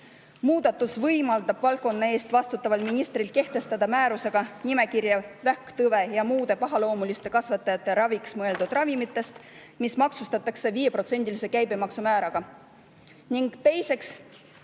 Muudatus võimaldab valdkonna eest vastutaval ministril kehtestada määrusega nimekiri vähktõve ja muude pahaloomuliste kasvajate raviks mõeldud ravimitest, mis maksustatakse 5%‑lise käibemaksumääraga. Teiseks